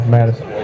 Madison